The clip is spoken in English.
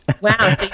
Wow